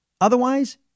Otherwise